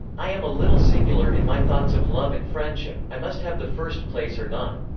i am a little singular in my thoughts of love and friendship i must have the first place or none.